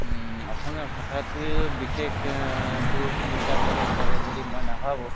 অসমীয়া ভাষাটোৱে বিশেষ দূৰ ভূমিকা পৰে কৰে বুলি মই নাভাবোঁ